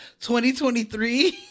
2023